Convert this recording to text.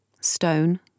Stone